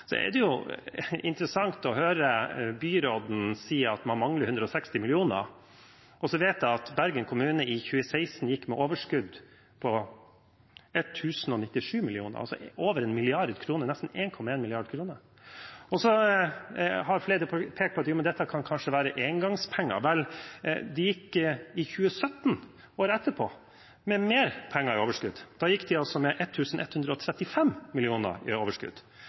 er det interessant å høre byråden si at man mangler 160 mill. kr. Så vet jeg at Bergen kommune i 2016 hadde et overskudd på 1 097 mill. kr – over 1 mrd. kr, nesten 1,1 mrd. kr. Og så har flere pekt på: Dette kan kanskje være engangspenger? Vel, de gikk i 2017 – året etterpå – med mer penger i overskudd. Da hadde de 1 135 mill. kr i overskudd.